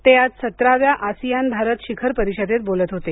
ते आज सतराव्या आसिआन भारत शिखर परिषदेत बोलत होते